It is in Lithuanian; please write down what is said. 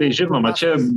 tai žinoma čia